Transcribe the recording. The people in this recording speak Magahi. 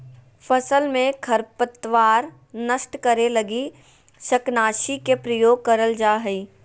फसल में खरपतवार नष्ट करे लगी शाकनाशी के प्रयोग करल जा हइ